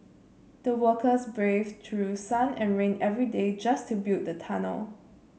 the workers braved through sun and rain every day just to build the tunnel